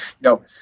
no